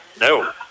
No